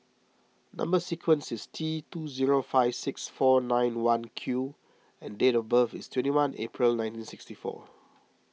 Number Sequence is T two zero five six four nine one Q and date of birth is twenty one April nineteen sixty four